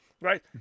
right